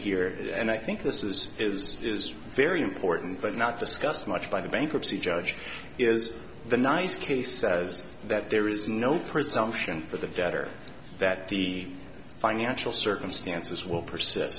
here and i think this is is is very important but not discussed much by the bankruptcy judge is the nice case says that there is no presumption for the debtor that the financial circumstances will per